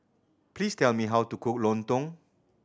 please tell me how to cook lontong